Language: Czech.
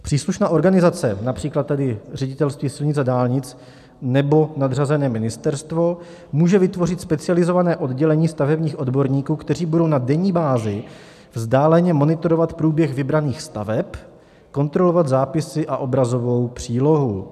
Příslušná organizace, například tady Ředitelství silnic a dálnic nebo nadřazené ministerstvo, může vytvořit specializované oddělení stavebních odborníků, kteří budou na denní bázi vzdáleně monitorovat průběh vybraných staveb, kontrolovat zápisy a obrazovou přílohu.